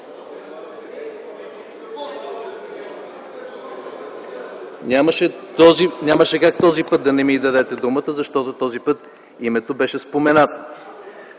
Нямаше как този път да не ми дадете думата, защото този път името беше споменато,